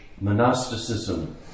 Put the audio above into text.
monasticism